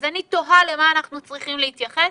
תודה, כבוד היושבת-ראש, אנחנו לא יודעים להסביר